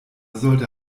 sollte